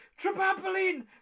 Trampoline